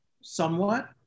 somewhat